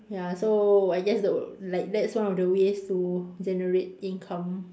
ya so I guess like the that's one of the ways to generate income